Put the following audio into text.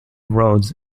roads